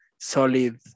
solid